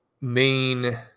main